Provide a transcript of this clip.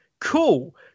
cool